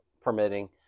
permitting